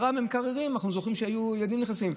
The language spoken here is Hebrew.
במקררים, אנחנו זוכרים שילדים היו נכנסים.